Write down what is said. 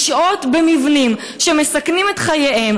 לשהות במבנים שמסכנים את חייהם,